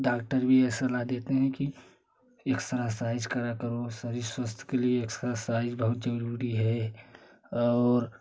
doctor भी ये सलाह देते हैं कि एक्सरासाइज करा करो शरीर स्वस्थ के लिए एक्सरासाइज बहुत जरूरी है और